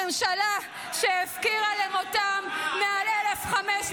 הממשלה שהפקירה למותם -- נעמה, אתם המסיתים.